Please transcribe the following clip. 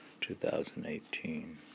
2018